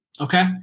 Okay